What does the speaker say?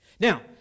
Now